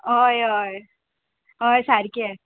हय हय हय सारकें